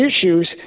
issues